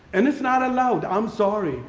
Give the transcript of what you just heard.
and it's not allowed. i'm sorry.